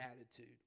attitude